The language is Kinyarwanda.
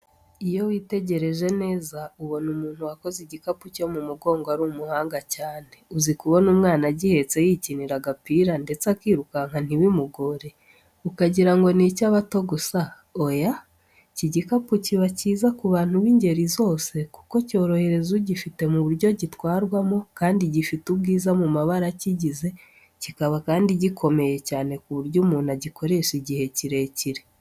Iyo witegereje neza, ubona umuntu wakoze igikapu cyo mu mugongo ari umuhanga cyane. Uzi kubona umwana agihetse yikinira, agapira ndetse akirukanka ntibimugore? Ukagira ngo ni icy’abato gusa? Oya, iki gikapu kiba cyiza ku bantu b’ingeri zose kuko cyorohereza ugifite mu buryo gitwarwamo. Kandi gifite ubwiza mu mabara akigize, kikaba kandi gikomeye cyane ku buryo umuntu agikoresha igihe kirekire.